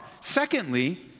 Secondly